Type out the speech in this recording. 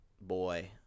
boy